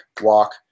walk